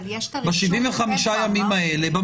ב-75 ימים האלה,